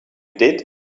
did